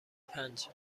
پنج